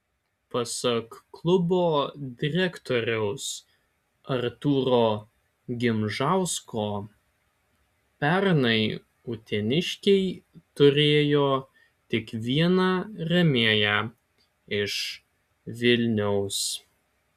pasak klubo direktoriaus artūro gimžausko pernai uteniškiai turėjo tik vieną rėmėją iš vilniaus